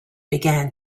began